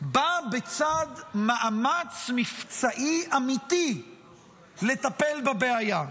באה בצד מאמץ מבצעי אמיתי לטפל בבעיה.